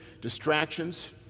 distractions